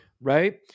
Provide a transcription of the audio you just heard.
Right